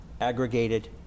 aggregated